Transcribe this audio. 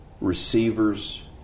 receivers